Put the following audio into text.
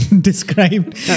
described